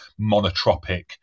monotropic